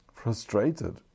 frustrated